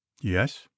yes